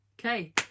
Okay